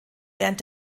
während